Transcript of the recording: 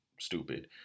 Stupid